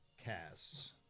casts